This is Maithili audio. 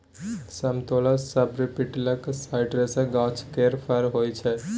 समतोला सबट्रापिकल साइट्रसक गाछ केर फर होइ छै